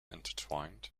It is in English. intertwined